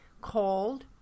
called